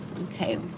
Okay